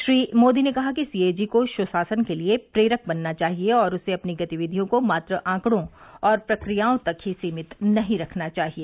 श्री मोदी ने कहा कि सी ए जी को सुशासन के लिए प्रेरक बनना चाहिए और उसे अपनी गतिविधियों को मात्र आंकड़ों और प्रक्रियाओं तक ही सीमित नहीं रखना चाहिए